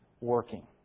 working